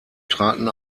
traten